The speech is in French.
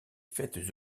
fêtes